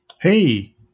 Hey